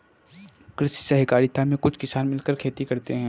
कृषि सहकारिता में कुछ किसान मिलकर खेती करते हैं